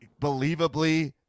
believably